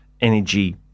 energy